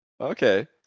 Okay